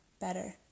better